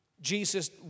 Jesus